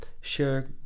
share